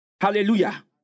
Hallelujah